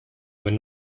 were